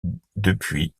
depuis